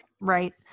Right